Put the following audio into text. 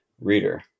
reader